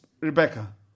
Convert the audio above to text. Rebecca